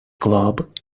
club